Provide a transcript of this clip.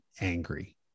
angry